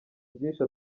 byinshi